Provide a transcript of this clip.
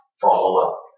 follow-up